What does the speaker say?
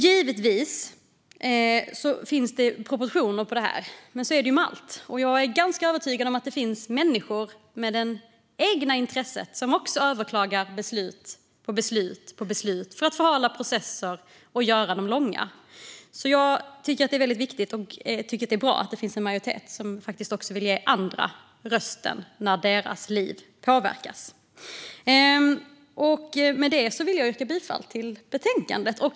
Givetvis finns det proportioner i det här, men så är det ju med allt. Jag är ganska övertygad om att det också finns människor som av egenintresse överklagar beslut på beslut på beslut för att förhala processer och göra dem långa, så jag tycker att det är viktigt och bra att det finns en majoritet som vill ge andra rösten när deras liv påverkas. Med det yrkar jag bifall till förslaget.